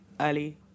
early